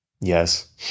Yes